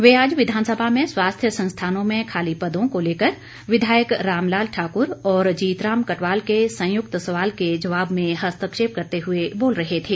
वे आज विधानसभा में स्वास्थ्य संस्थानों में खाली पदों को लेकर विधायक राम लाल ठाक्र और जीत राम कटवाल के संयुक्त सवाल के जवाब में हस्तक्षेप करते हुए बोल रहे थे